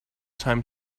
time